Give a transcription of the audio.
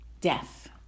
death